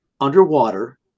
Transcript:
underwater